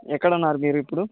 ఎక్కడున్నారు మీరు ఇప్పుడు